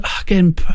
Again